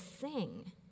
sing